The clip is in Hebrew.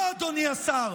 לא, אדוני השר,